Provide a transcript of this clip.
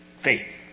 faith